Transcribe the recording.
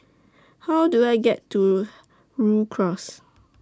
How Do I get to Rhu Cross